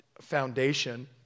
foundation